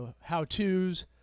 how-to's